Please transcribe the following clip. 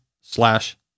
slash